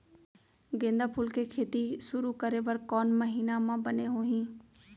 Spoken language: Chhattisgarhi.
गेंदा फूल के खेती शुरू करे बर कौन महीना मा बने होही?